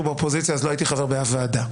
באופוזיציה אז לא הייתי חבר באף ועדה.